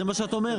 זה מה שאת אומרת?